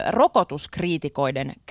rokotuskriitikoiden